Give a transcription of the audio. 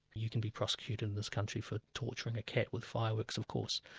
you can be prosecuted in this country for torturing a cat with fireworks of course,